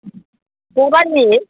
मा गामि